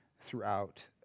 throughout